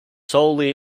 solely